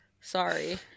Sorry